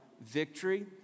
victory